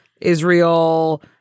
Israel